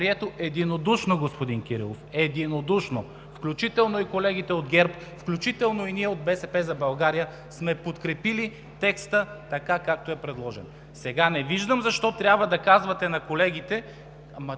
единодушно, господин Кирилов. Единодушно! Включително и колегите от ГЕРБ, включително и ние от „БСП за България“, сме подкрепили текста, както е предложен. Сега не виждам защо трябва да казвате на колегите